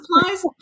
supplies